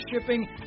shipping